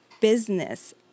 business